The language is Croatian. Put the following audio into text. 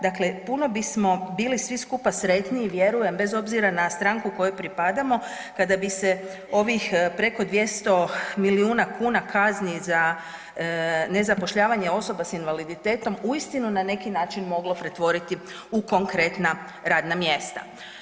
Dakle, puno bismo bili svi skupa sretniji vjerujem bez obzira na stranku kojoj pripadamo kada bi se ovih preko 200 milijuna kuna kazni za nezapošljavanje osoba s invaliditetom uistinu na neki način moglo pretvoriti u konkretna radna mjesta.